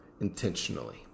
intentionally